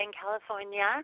California